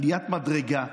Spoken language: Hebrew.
עליית מדרגה,